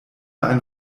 ein